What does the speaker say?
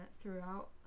throughout